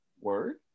word